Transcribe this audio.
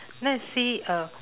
let's see um